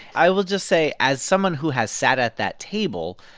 i will just say as someone who has sat at that table,